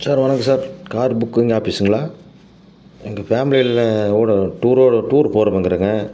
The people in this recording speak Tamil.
சார் வணக்கம் சார் கார் புக்கிங் ஆஃபீஸுங்களா எங்கள் ஃபேமியில் ஒரு டூரு டூர் போகிற